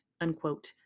unquote